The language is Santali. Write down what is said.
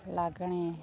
ᱞᱟᱜᱽᱬᱮ